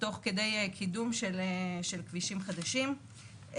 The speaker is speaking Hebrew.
תוך כדי קידום של כבישים חדשים.